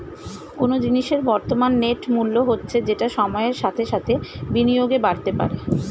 কোনো জিনিসের বর্তমান নেট মূল্য হচ্ছে যেটা সময়ের সাথে সাথে বিনিয়োগে বাড়তে পারে